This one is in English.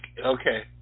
Okay